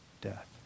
death